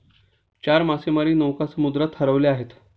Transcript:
चार मासेमारी नौका समुद्रात हरवल्या आहेत